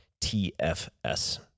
TFS